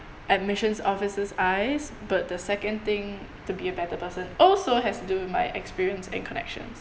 admissions officer's eyes but the second thing to be a better person also has to do with my experience and connections